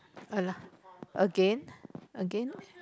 again again